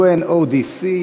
UNODC,